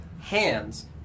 hands